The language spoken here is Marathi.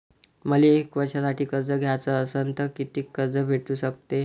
मले एक वर्षासाठी कर्ज घ्याचं असनं त कितीक कर्ज भेटू शकते?